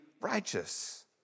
righteous